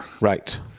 Right